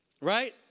right